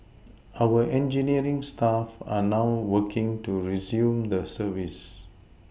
our engineering staff are now working to resume the service